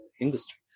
industry